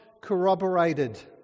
corroborated